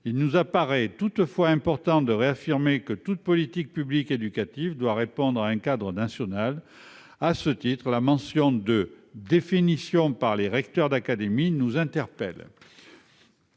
il nous apparaît toutefois important de réaffirmer que toute politique publique éducative doit répondre à un cadre national : à ce titre, la mention de « définition par les recteurs d'académie » nous interpelle.